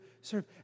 serve